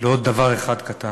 לעוד דבר אחד קטן.